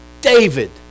David